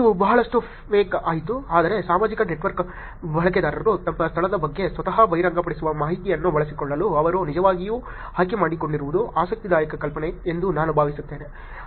ಇದು ಬಹಳಷ್ಟು ಫ್ಲಾಕ್ ಆಯಿತು ಆದರೆ ಸಾಮಾಜಿಕ ನೆಟ್ವರ್ಕ್ನ ಬಳಕೆದಾರರು ತಮ್ಮ ಸ್ಥಳದ ಬಗ್ಗೆ ಸ್ವತಃ ಬಹಿರಂಗಪಡಿಸುವ ಮಾಹಿತಿಯನ್ನು ಬಳಸಿಕೊಳ್ಳಲು ಅವರು ನಿಜವಾಗಿಯೂ ಆಯ್ಕೆ ಮಾಡಿಕೊಂಡಿರುವುದು ಆಸಕ್ತಿದಾಯಕ ಕಲ್ಪನೆ ಎಂದು ನಾನು ಭಾವಿಸುತ್ತೇನೆ